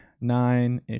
nine